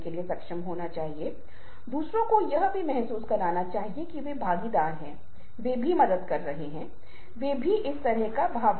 संदर्भ का दूसरा हिस्सा वह है जहाँ कोई व्यक्ति इशारों भौतिक या सामाजिक स्थान संस्कृति और अन्य विभिन्न आयामों को बना रहा है